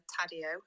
Taddeo